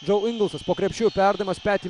džau ingelsas po krepšiu perdavimas peti